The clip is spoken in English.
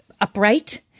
upright